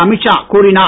அமீத் ஷா கூறினார்